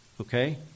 Okay